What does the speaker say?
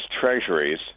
Treasuries